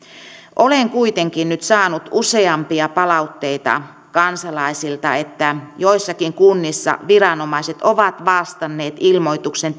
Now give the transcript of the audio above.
olen kuitenkin nyt saanut useampia palautteita kansalaisilta että joissakin kunnissa viranomaiset ovat vastanneet ilmoituksen